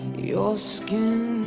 your skin